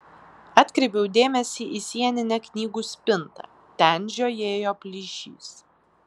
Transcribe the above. atkreipiau dėmesį į sieninę knygų spintą ten žiojėjo plyšys